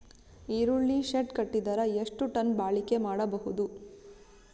ಈರುಳ್ಳಿ ಶೆಡ್ ಕಟ್ಟಿದರ ಎಷ್ಟು ಟನ್ ಬಾಳಿಕೆ ಮಾಡಬಹುದು?